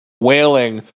wailing